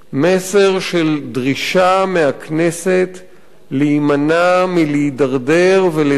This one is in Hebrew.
מסר של דרישה מהכנסת להימנע מלהידרדר ולדרדר